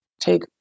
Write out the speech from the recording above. take